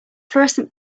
florescent